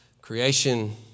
creation